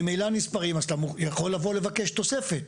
ממילא נספרים, אז אתה יכול לבוא לבקש תוספת.